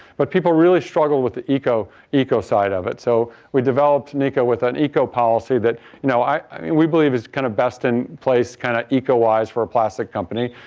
but, people really struggle with the eco eco side of it. so, we developed nika with an eco policy that you know i mean we believe is kind of best-in-place kind of eco-wise for a plastic company.